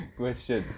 question